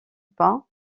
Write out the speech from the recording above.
pas